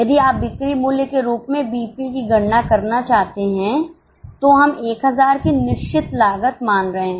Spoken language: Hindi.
यदि आप बिक्री मूल्य के रूप में बीईपी की गणना करना चाहते हैं तो हम 1000 की निश्चित लागत मान रहे हैं